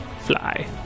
fly